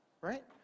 right